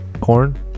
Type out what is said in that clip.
Corn